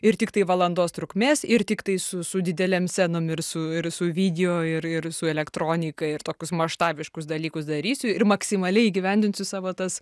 ir tiktai valandos trukmės ir tiktai su su didelėm scenom ir su ir su video ir ir su elektronika ir tokius maštabiškus dalykus darysiu ir maksimaliai įgyvendinsiu savo tas